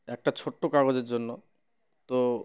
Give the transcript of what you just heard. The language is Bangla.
একটা ছোট্ট কাগজের জন্য তো